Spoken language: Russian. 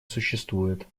существует